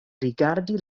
rigardi